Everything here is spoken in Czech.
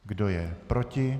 Kdo je proti?